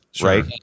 right